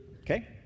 okay